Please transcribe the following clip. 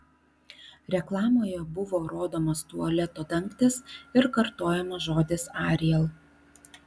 reklamoje buvo rodomas tualeto dangtis ir kartojamas žodis ariel